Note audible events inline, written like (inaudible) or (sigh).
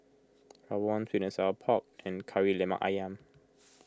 Rawon (unintelligible) Sour Pork and Kari Lemak Ayam